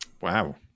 wow